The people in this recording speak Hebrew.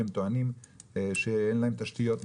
כי הן טוענות שאין להן די תשתיות.